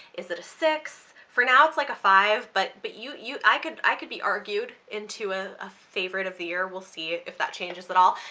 is it a six? for now it's like a five but but you, i i could, i could be argued into ah a favorite of the year. we'll see if that changes at all,